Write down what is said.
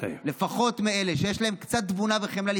לפחות מאלה שיש להם קצת תבונה וחמלה,